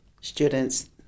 students